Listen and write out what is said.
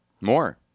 More